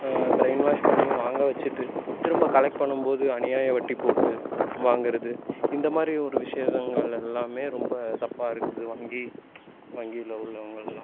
brain wash பண்ணி வாங்க வச்சுட்டு திரும்ப கலெக்ட் பண்ணும் போது அநியாய வட்டி போட்டு வாங்கறது இந்த மாதிரி ஒரு விஷயங்கள் எல்லாமே ரொம்ப தப்பாக இருக்குது வங்கி வங்கியில் உள்ளவங்கல்லாம்